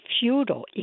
feudal